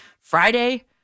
Friday